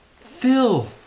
Phil